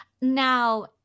Now